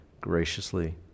graciously